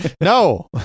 No